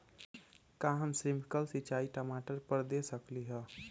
का हम स्प्रिंकल सिंचाई टमाटर पर दे सकली ह?